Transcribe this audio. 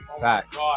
Facts